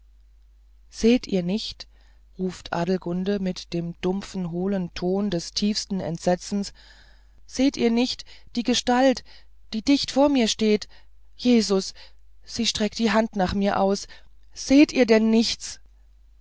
seht ihr nichts ruft adelgunde mit dem dumpfen hohlen ton des tiefsten entsetzens seht ihr nichts die gestalt die dicht vor mir steht jesus sie streckt die hand nach mir aus seht ihr denn nichts